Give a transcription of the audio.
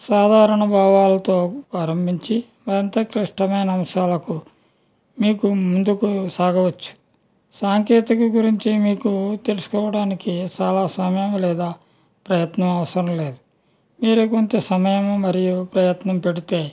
సాధారణ భావాలతో ప్రారంభించి అంత క్లిష్టమైన అంశాలకు మీకు ముందుకు సాగవచ్చు సాంకేతికత గురించి మీకు తెలుసుకోవడానికి చాలా సమయం లేదా ప్రయత్నం అవసరం లేదు మీరు కొంత సమయం మరియు ప్రయత్నం పెడితే